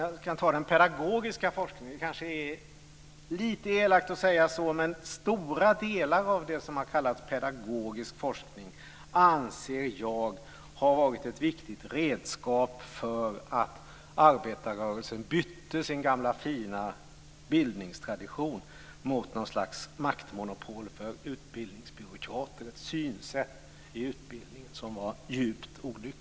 Jag kan ta upp den pedagogiska forskningen. Det är kanske lite elakt att säga så, men jag anser att stora delar av det som har kallats pedagogisk forskning har varit ett viktigt redskap när det gällde att arbetarrörelsen bytte sin gamla fina bildningstradition mot något slags maktmonopol för utbildningsbyråkrater. Det var ett synsätt i utbildningen som var djupt olyckligt.